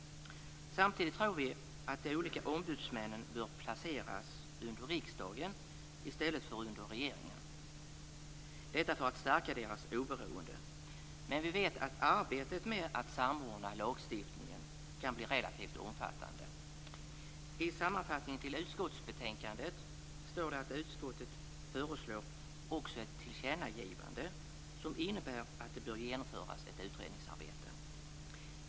Samtidigt tror vi att de olika ombudsmännen bör placeras under riksdagen i stället för under regeringen för att stärka deras oberoende. Men vi vet att arbetet med att samordna lagstiftningen kan bli relativt omfattande. I sammanfattningen till utskottsbetänkandet står det att utskottet också föreslår ett tillkännagivande som innebär att det bör genomföras ett utredningsarbete.